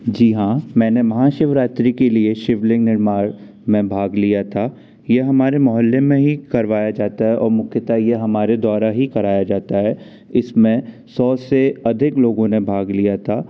जी हाँ मैंने महाशिवरात्रि के लिए शिवलिंग निर्माण में भाग लिया था यह हमारे मोहल्ले में ही करवाया जाता है और मुख्यतः यह हमारे द्वारा ही कराया जाता है इसमें सौ से अधिक लोगों ने भाग लिया था